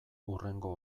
hurrengo